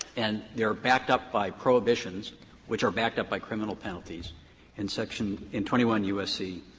and they are backed up by prohibitions which are backed up by criminal penalties in section in twenty one u s c.